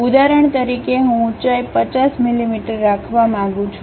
ઉદાહરણ તરીકે હું ઉંચાઇ 50 મિલીમીટર રાખવા માંગુ છું